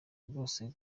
rwose